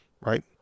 Right